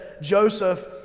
Joseph